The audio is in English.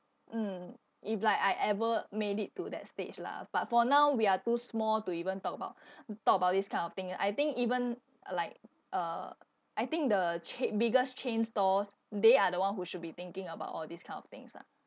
mm if like I ever made it to that stage lah but for now we are too small to even talk about talk about this kind of thing I think even like uh I think the chai~ biggest chain stores they are the one who should be thinking about all these kind of things lah